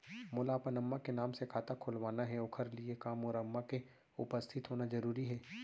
मोला अपन अम्मा के नाम से खाता खोलवाना हे ओखर लिए का मोर अम्मा के उपस्थित होना जरूरी हे?